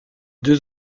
deux